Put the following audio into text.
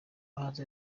muhanzi